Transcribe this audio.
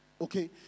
Okay